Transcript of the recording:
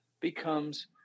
becomes